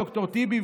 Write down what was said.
ד"ר טיבי,